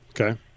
Okay